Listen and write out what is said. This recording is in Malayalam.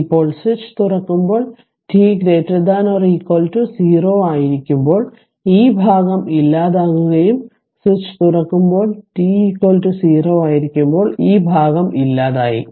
ഇപ്പോൾ സ്വിച്ച് തുറക്കുമ്പോൾ t0 ആയിരിക്കുമ്പോൾ ഈ ഭാഗം ഇല്ലാതാകുകയും സ്വിച്ച് തുറക്കുമ്പോൾ t 0 ആയിരിക്കുമ്പോൾ ഈ ഭാഗം ഇല്ലാതായി